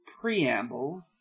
preamble